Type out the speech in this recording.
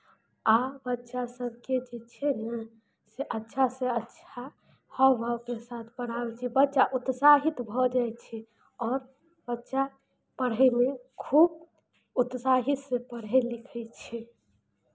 आ बच्चा सभकेँ जे छै ने से अच्छासँ अच्छा हाव भावके साथ पढ़ाबै छियै बच्चा उत्साहित भऽ जाइ छै आओर बच्चा पढ़यमे खूब उत्साहितसँ पढ़ै लिखै छै